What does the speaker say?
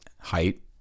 Height